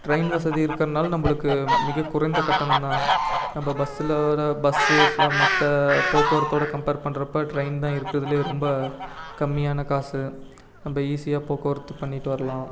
train வசதி இருக்கறதுனால நம்மளுக்கு மிக குறைந்த கட்டணம் தான் நம்ம பஸ்ஸில் வர பஸ்ஸு மற்ற போக்குவரத்தோடு கம்பேர் பண்ணுறப்ப ட்ரெயின் தான் இருக்கிறதுலே ரொம்ப கம்மியான காசு நம்ப ஈசியாக போக்குவரத்து பண்ணிவிட்டு வரலாம்